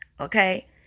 Okay